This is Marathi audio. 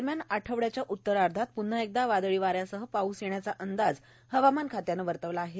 दरम्यानर आठवड्याच्या उर्तराधात प्न्हा एकदा वादळी वाऱ्यासह पाऊस येण्याचा अंदाज हवामान खात्यानं वर्तवला आहे